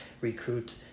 recruit